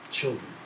children